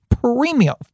premium